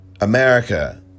America